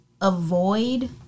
avoid